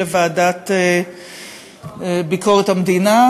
והטרוריסטים,